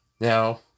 Now